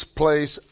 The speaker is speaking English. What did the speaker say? place